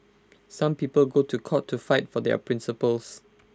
some people go to court to fight for their principles